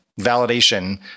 validation